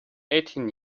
eighteen